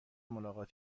ملاقات